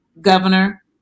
Governor